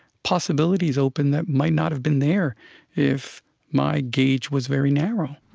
possibilities open that might not have been there if my gauge was very narrow